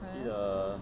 why leh